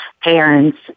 parents